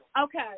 Okay